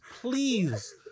Please